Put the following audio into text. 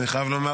אני חייב לומר,